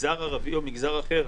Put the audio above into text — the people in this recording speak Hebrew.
למגזר הערבי או מגזר אחר.